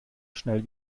schnell